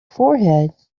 forehead